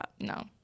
No